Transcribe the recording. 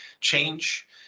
change